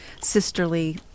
sisterly